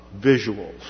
visuals